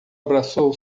abraçou